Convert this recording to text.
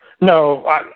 No